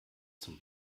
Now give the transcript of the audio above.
zum